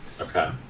Okay